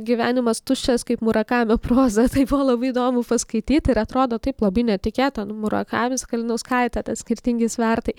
gyvenimas tuščias kaip murakamio proza tai buvo labai įdomu paskaityt ir atrodo taip labai netikėta nu murakamis kalinauskaitė tad skirtingi svertai